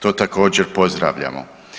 To također, pozdravljamo.